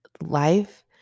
Life